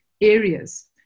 areas